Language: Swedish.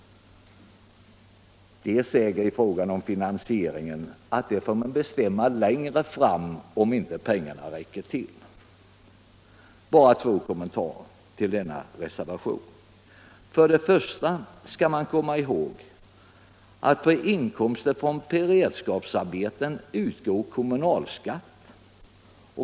De säger i fråga om finansieringen, att den får man bestämma längre fram, om inte pengarna räcker till. Bara två kommentarer till denna reservation. För det första skall man komma ihåg att på inkomster från beredskapsarbeteh utgår kommunalskatt.